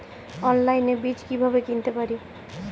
অনলাইনে বীজ কীভাবে কিনতে পারি?